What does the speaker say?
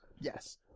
Yes